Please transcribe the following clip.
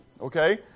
okay